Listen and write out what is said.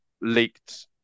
leaked